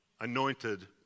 anointed